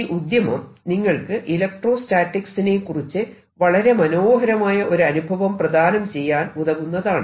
ഈ ഉദ്യമം നിങ്ങൾക്ക് ഇലക്ട്രോസ്റ്റാറ്റിക്സിനെക്കുറിച്ച് വളരെ മനോഹരമായ ഒരു അനുഭവം പ്രദാനം ചെയ്യാൻ ഉതകുന്നതാണ്